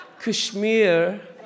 Kashmir